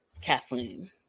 Kathleen